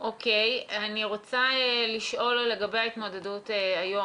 אני רוצה לשאול לגבי ההתמודדות היום.